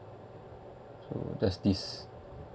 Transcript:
does this